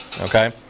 okay